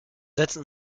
setzen